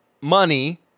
money